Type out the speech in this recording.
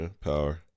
power